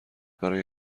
برای